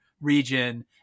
region